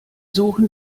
suchen